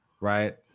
right